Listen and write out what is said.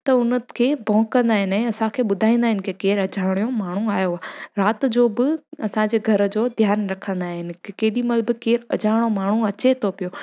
त उन खे भौंकंदा आहिनि ऐं असांखे ॿुधाईंदा आहिनि की के अणॼाणियो माण्हू आयो आहे राति जो बि असांजे घर जो ध्यानु रखंदा आहिनि की केॾीमहिल बि केरु अणॼाणियो माण्हू अचे थो पियो